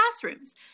classrooms